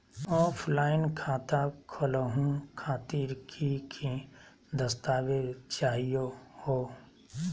Offline खाता खोलहु खातिर की की दस्तावेज चाहीयो हो?